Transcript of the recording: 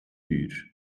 uur